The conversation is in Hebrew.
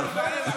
הוא התכוון,